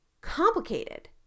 complicated